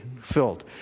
filled